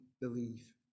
believe